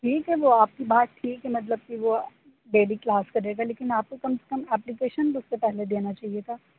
ٹھیک ہے وہ آپ کی بات ٹھیک ہے مطلب کہ وہ ڈیلی کلاس کرے گا لیکن آپ کو کم سے کم اپلیکیشن تو اُس سے پہلے دینا چاہیے تھا